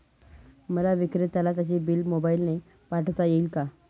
मला विक्रेत्याला त्याचे बिल मोबाईलने पाठवता येईल का?